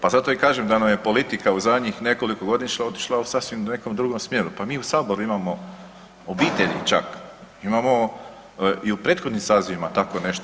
Pa zato i kažem da nam je politika u zadnjih nekoliko godina otišla u sasvim nekom drugom smjeru, pa mi u Saboru imamo obitelji čak, imamo i u prethodnim sazivima tako nešto.